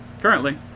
Currently